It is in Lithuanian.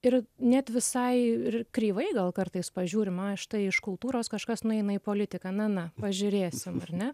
ir net visai ir kreivai gal kartais pažiūrim a štai iš kultūros kažkas nueina į politiką na na pažiūrėsim ar ne